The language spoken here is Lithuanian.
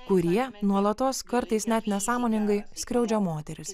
kurie nuolatos kartais net nesąmoningai skriaudžia moteris